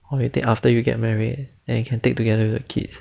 or you take after you get married then you can take together with the kids